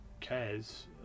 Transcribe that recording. cares